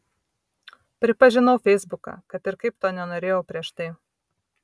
pripažinau feisbuką kad ir kaip to nenorėjau prieš tai